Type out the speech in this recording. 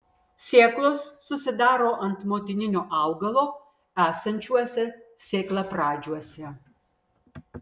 sėklos susidaro ant motininio augalo esančiuose sėklapradžiuose